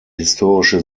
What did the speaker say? historische